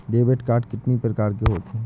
Debit card कितनी प्रकार के होते हैं?